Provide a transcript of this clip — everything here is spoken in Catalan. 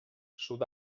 sud